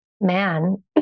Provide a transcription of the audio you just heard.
man